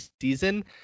season